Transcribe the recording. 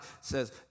says